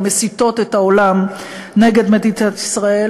או מסיתות את העולם נגד מדינת ישראל,